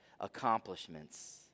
accomplishments